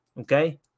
okay